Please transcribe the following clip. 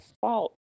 fault